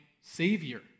Savior